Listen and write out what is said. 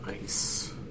Nice